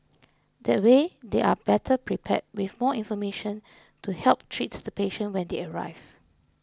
that way they are better prepared with more information to help treat the patient when they arrive